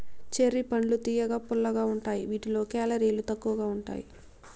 cherry పండ్లు తియ్యగా, పుల్లగా ఉంటాయి వీటిలో కేలరీలు తక్కువగా ఉంటాయి